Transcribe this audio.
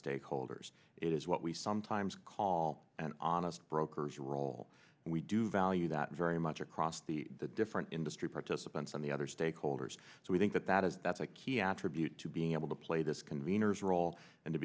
stakeholders it is what we sometimes call an honest brokers role and we do value that very much across the different industry participants on the other stakeholders so we think that that is that's a key attribute to being able to play this conveners role and to